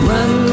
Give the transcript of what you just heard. Run